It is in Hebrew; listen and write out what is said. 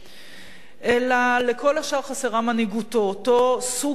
לכל השאר חסרה מנהיגותו, אותו סוג של מנהיגות